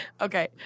Okay